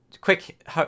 quick